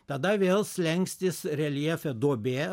tada vėl slenkstis reljefe duobė